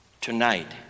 Tonight